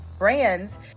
brands